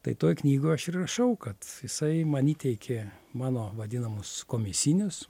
tai toj knygoj aš ir rašau kad jisai man įteikė mano vadinamus komisinius